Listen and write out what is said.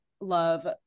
love